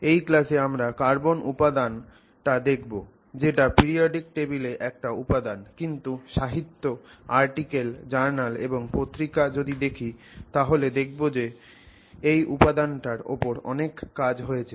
এই ক্লাসে আমরা কার্বন উপাদান টা দেখবো যেটা পিরিয়ডিক টেবিল এ একটা উপাদান কিন্তু যদি সাহিত্য আর্টিকেল জার্নাল এবং পত্রিকা দেখি তাহলে দেখবো যে এই উপাদানটার ওপর অনেক কাজ হয়েছে